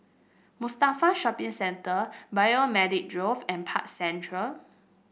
Mustafa Shopping Center Biomedical Grove and Park Central